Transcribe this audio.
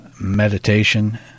meditation